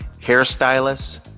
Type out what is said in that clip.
hairstylists